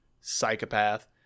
psychopath